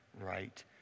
right